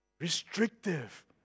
restrictive